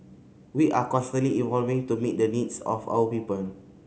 we are constantly evolving to meet the needs of our people